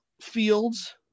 fields